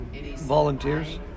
volunteers